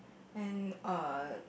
and uh